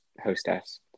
hostess